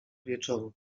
wieczoru